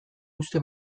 uste